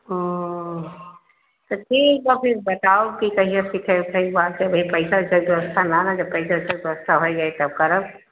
वो तो ठीक है तो फिर बताओ कि कहिआ सीखे उखे बात भाई पैसा वैसा के व्यवस्था ना ना जब पैसा वैसा के व्यवस्था होई जाइ तब करब